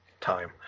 time